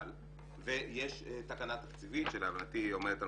אבל יש תקנה תקציבית שלדעתי היא עומדת על